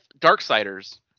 Darksiders